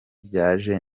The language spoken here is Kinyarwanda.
byanjye